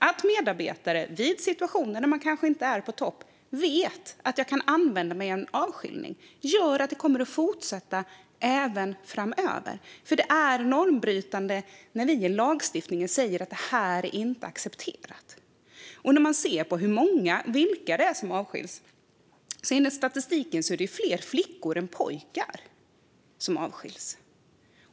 Det är normbrytande när vi i lagstiftningen säger att något inte är accepterat. Många av dem som befinner sig på institutioner behöver kanske dessutom egentligen inte vara där. De har kanske det slags diagnos som de hade kunnat få stöd och hjälp för mycket tidigare i livet. Tittar man på hur många och vilka det är som avskils ser man i statistiken att fler flickor än pojkar avskils.